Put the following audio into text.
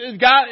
God